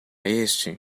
este